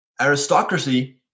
Aristocracy